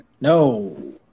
No